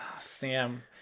sam